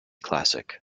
classic